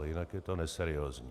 Jinak je to neseriózní.